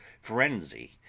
frenzy